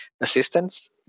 assistance